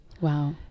Wow